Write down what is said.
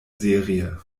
serie